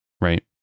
right